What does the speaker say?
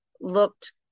looked